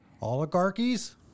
oligarchies